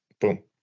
Boom